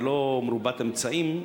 היא לא מרובת אמצעים,